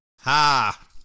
Ha